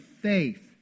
faith